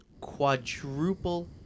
quadruple